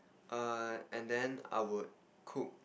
err and then I would cook